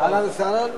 חבר הכנסת שטרית,